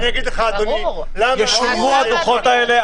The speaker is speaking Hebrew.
אני אגיד לך, אדוני --- ישולמו הדוחות האלה?